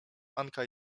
anka